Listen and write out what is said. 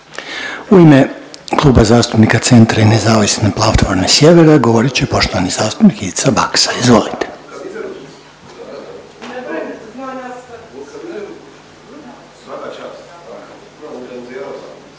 u ime Kluba zastupnika Centra, Nezavisne platforme Sjevera riječ uzeti zastupnica Marijana Puljak. Izvolite.